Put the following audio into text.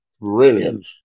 brilliant